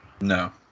No